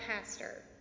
pastor